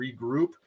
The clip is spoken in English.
regroup